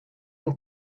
mon